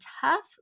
tough